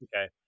Okay